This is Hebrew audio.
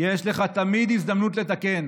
יש לך תמיד הזדמנות לתקן.